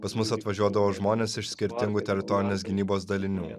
pas mus atvažiuodavo žmonės iš skirtingų teritorinės gynybos dalinių